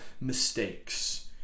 mistakes